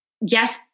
yes